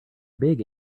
big